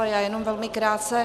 Já jenom velmi krátce.